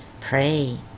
pray